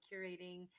curating